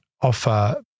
offer